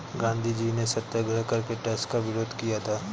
गांधीजी ने सत्याग्रह करके टैक्स का विरोध किया था